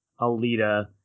Alita